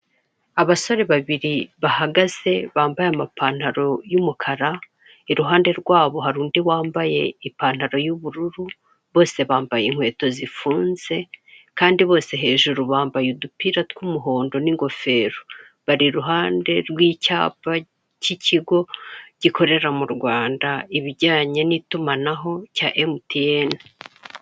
Abasore babiri bahagaze bambaye amapantaro y'umukara iruhande rwabo hari undi wambaye ipantaro y'ubururu bose bambaye inkweto zifunze kandi bose hejuru bambaye udupira tw'umuhondo n'ingofero, bari iruhande rw'icyapa kicy'ikigo gikorera mu Rwanda ibijyanye n'itumanaho cya MTN.